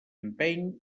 empeny